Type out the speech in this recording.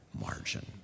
margin